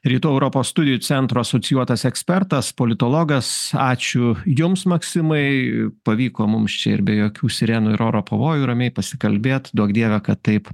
rytų europos studijų centro asocijuotas ekspertas politologas ačiū jums maksimai pavyko mums čia ir be jokių sirenų ir oro pavojų ramiai pasikalbėt duok dieve kad taip